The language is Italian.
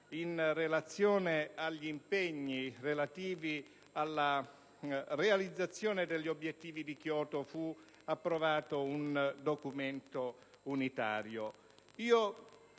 in relazione agli impegni relativi alla realizzazione degli obiettivi di Kyoto, fu approvato un documento unitario.